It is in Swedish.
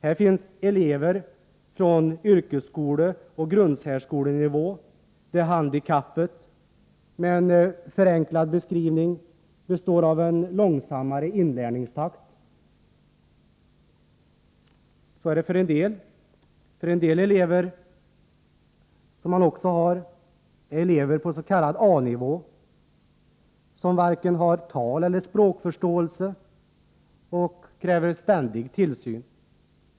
Här finns elever från yrkesskoleoch grundsärskolenivå, där handikappet — med en förenklad beskrivning — består av en långsammare inlärningstakt, men man har också elever på s.k. A-nivå, som varken har tal eller språkförståelse och kräver ständig tillsyn.